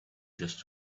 just